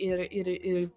ir ir ir